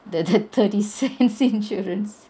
the the thirty cents insurance